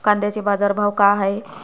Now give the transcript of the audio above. कांद्याचे बाजार भाव का हाये?